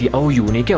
yeah uyuni